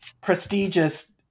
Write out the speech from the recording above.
prestigious